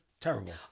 Terrible